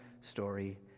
story